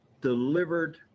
delivered